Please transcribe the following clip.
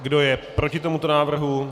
Kdo je proti tomuto návrhu?